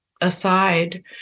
aside